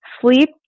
sleep